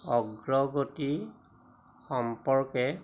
অগ্ৰগতি সম্পৰ্কে